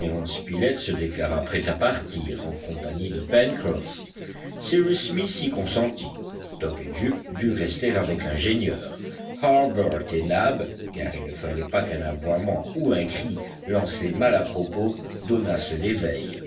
se déclara prêt à partir en compagnie de pencroff cyrus smith y consentit top et jup durent rester avec l'ingénieur harbert et nab car il ne fallait pas qu'un aboiement ou un cri lancés mal à propos donnassent l'éveil